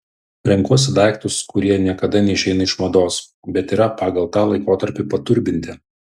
renkuosi daiktus kurie niekada neišeina iš mados bet yra pagal tą laikotarpį paturbinti